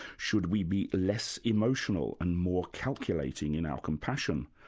should we be less emotional and more calculating in our compassion,